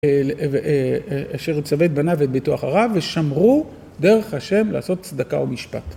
אשר יצווה בניו וביתו אחריו, ושמרו דרך השם לעשות צדקה ומשפט.